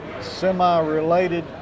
semi-related